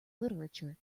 literature